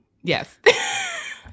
Yes